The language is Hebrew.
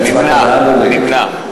לא,